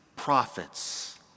prophets